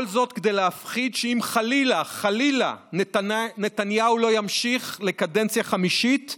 כל זאת כדי להפחיד שאם חלילה חלילה נתניהו לא ימשיך לקדנציה חמישית,